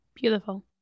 Beautiful